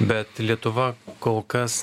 bet lietuva kol kas